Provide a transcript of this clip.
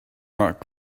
rock